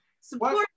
support